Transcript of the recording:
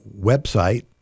website